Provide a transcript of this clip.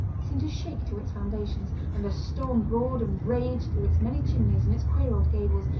seemed to shake to its foundations, and the storm roared and raged through its many chimneys and its queer old gables,